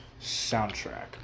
soundtrack